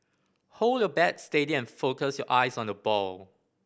hold your bat steady and focus your eyes on the ball